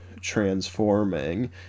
transforming